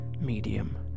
medium